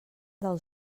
del